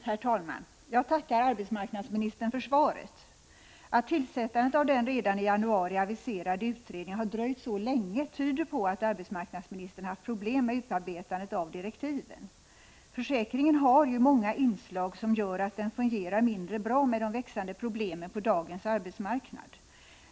Herr talman! Jag tackar arbetsmarknadsministern för svaret. Att tillsättandet av den redan i januari aviserade utredningen har dröjt så länge tyder på att arbetsmarknadsministern har haft problem med utarbetandet av direktiven. Försäkringen har ju många inslag som gör att den fungerar mindre bra med tanke på de växande problemen.